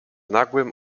nagłym